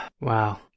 Wow